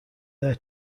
their